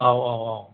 औ औ औ